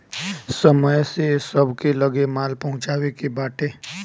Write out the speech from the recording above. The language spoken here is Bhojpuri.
समय से सबके लगे माल पहुँचावे के बाटे